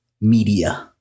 media